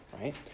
right